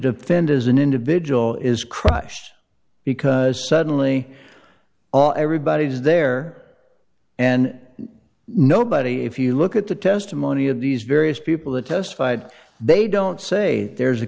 defend as an individual is crushed because suddenly all everybody is there and nobody if you look at the testimony of these various people that testified they don't say there's a